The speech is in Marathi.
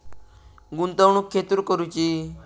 गुंतवणुक खेतुर करूची?